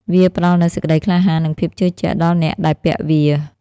វាផ្តល់នូវសេចក្តីក្លាហាន និងភាពជឿជាក់ដល់អ្នកដែលពាក់វា។